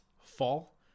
fall